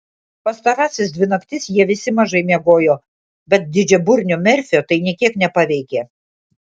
pastarąsias dvi naktis jie visi mažai miegojo bet didžiaburnio merfio tai nė kiek nepaveikė